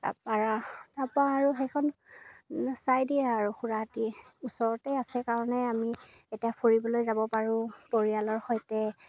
তাৰপৰা তাৰপৰা আৰু সেইখন চাই দিয়ে আৰু খুৰাহঁতে ওচৰতে আছে কাৰণে আমি এতিয়া ফুৰিবলৈ যাব পাৰোঁ পৰিয়ালৰ সৈতে